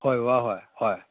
ꯍꯣꯏ ꯕꯕꯥ ꯍꯣꯏ ꯍꯣꯏ